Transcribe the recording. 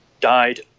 died